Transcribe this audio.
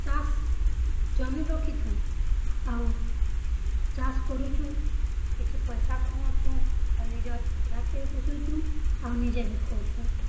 ଚାଷ୍ ଜମି ରଖିଛୁଁ ଆଉ ଚାଷ୍ କରୁଛୁଁ କିଛି ପଇସା କମଉଛୁଁ ଆଉ ନିଜର ପରିବାରକେ ବି ପୁଷୁଛୁଁ ଆଉ ନିଜେ ବି ଖୋଉଛୁଁ